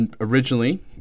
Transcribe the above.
originally